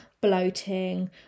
bloating